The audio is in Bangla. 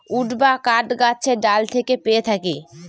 উড বা কাঠ গাছের ডাল থেকে পেয়ে থাকি